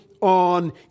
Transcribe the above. on